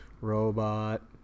robot